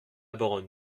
baronne